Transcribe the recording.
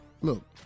look